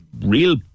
real